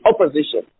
opposition